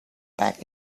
back